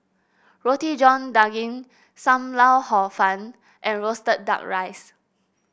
Roti John Daging Sam Lau Hor Fun and roasted duck rice